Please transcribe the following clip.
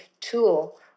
tool